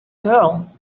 girl